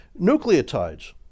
Nucleotides